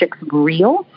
real